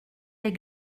des